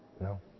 No